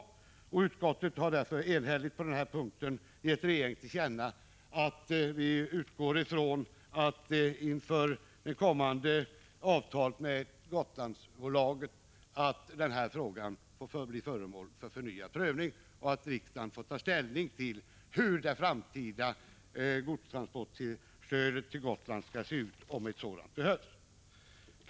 Därför har utskottsmajoriteten på denna punkt enhälligt gett regeringen till känna att utskottsmajoriteten utgår ifrån att man vid de kommande avtalsförhandlingarna med Gotlandsbolaget tar upp frågan till förnyad prövning. Därefter får riksdagen ta ställning till hur det framtida godstransportstödet till Gotland skall se ut, om ett sådant behövs.